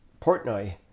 Portnoy